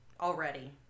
already